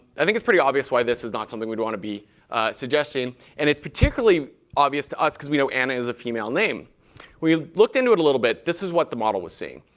i think it's pretty obvious why this is not something we'd want to be suggesting. and it's particularly obvious to us, because we know anna is a female name. when we looked into it a little bit, this is what the model was seeing.